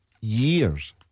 years